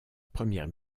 première